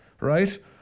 right